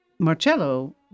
Marcello